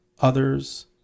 others